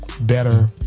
better